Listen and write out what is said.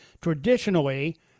traditionally